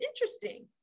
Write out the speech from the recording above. interesting